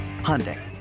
Hyundai